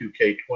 2K20